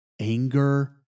anger